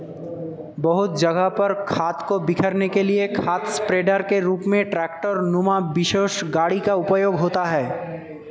बहुत जगह पर खाद को बिखेरने के लिए खाद स्प्रेडर के रूप में ट्रेक्टर नुमा विशेष गाड़ी का उपयोग होता है